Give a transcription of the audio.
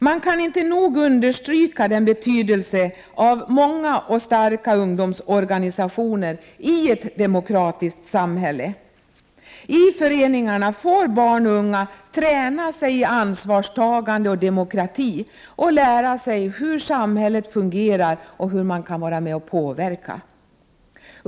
Man kan inte nog understryka betydelsen av många och starka ungdomsorganisationer i ett demokratiskt samhälle. I föreningarna får barn och unga träna sig i ansvarstagande och demokrati och lära sig hur samhället fungerar och hur man kan vara med och påverka.